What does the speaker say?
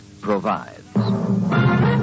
provides